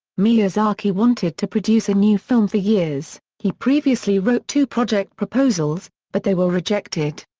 miyazaki wanted to produce a new film for years, he previously wrote two project proposals, but they were rejected.